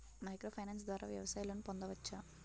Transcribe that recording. Micro finance ద్వారా వ్యవసాయ loan పొందవచ్చా?